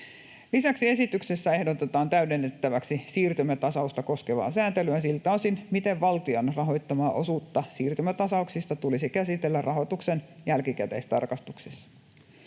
Lisäksi esityksessä ehdotetaan täydennettäväksi siirtymätasausta koskevaa sääntelyä siltä osin, miten valtion rahoittamaa osuutta siirtymätasauksista tulisi käsitellä rahoituksen jälkikäteistarkastuksissa.